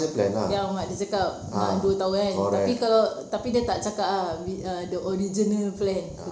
yang mak dia cakap nak dua tahun kan tapi kalau tapi dia cakap ah the original plan